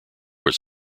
was